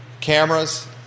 Cameras